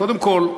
קודם כול,